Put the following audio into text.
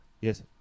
yes